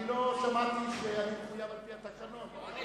אני קובע שהסעיף עבר לפי נוסח הוועדה.